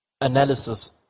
analysis